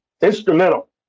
instrumental